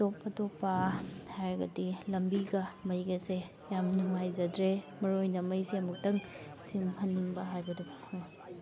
ꯑꯇꯣꯞ ꯑꯇꯣꯞꯄ ꯍꯥꯏꯔꯒꯗꯤ ꯂꯝꯕꯤꯒ ꯃꯩꯒꯁꯦ ꯌꯥꯝ ꯅꯨꯡꯉꯥꯏꯖꯗ꯭ꯔꯦ ꯃꯔꯨ ꯑꯣꯏꯅ ꯃꯩꯁꯤ ꯑꯃꯨꯛꯇꯪ ꯁꯦꯝꯍꯟꯅꯤꯡꯕ ꯍꯥꯏꯕꯗꯨ ꯐꯥꯎꯏ